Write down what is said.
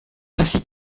ainsi